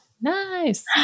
Nice